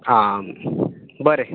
हां बरें